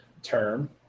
Term